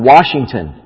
Washington